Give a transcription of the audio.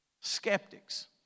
Skeptics